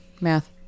Math